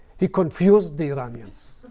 he confused the iranians.